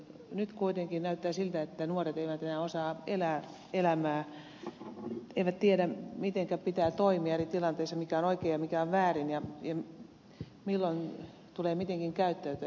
nyt kuitenkin näyttää siltä että nuoret eivät enää osaa elää elämää eivät tiedä mitenkä pitää toimia eri tilanteissa mikä on oikein ja mikä on väärin ja miten tulee milloinkin käyttäytyä